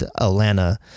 Atlanta